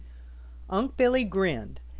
unc' billy grinned,